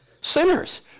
Sinners